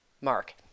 Mark